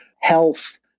health